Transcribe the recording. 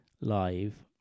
live